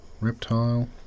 Reptile